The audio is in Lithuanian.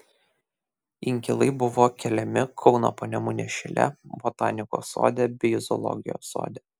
inkilai buvo keliami kauno panemunės šile botanikos sode bei zoologijos sode